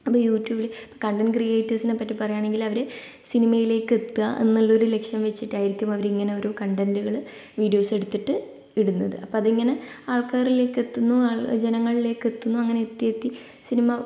അപ്പോൾ യൂട്യൂബില് കണ്ടന്റ് ക്രിയേറ്റീവ്സിനെപ്പറ്റി പറയുകയാണെങ്കില് അവര് സിനിമയിലേക്ക് എത്തുക എന്നുള്ള ഒരു ലക്ഷ്യം വച്ചിട്ടായിരിക്കും അവര് ഇങ്ങനെ ഒരു കണ്ടന്റുകള് വീഡിയോസ് എടുത്തിട്ട് ഇടുന്നത് അപ്പോൾ അതിങ്ങനെ ആൾക്കാരിലേക്ക് എത്തുന്നു ജനങ്ങളിലേക്ക് എത്തുന്നു അങ്ങനെ എത്തി എത്തി സിനിമ